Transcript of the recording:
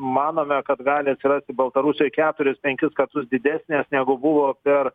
manome kad gali atsirasti baltarusijoj keturis penkis kartus didesnės negu buvo per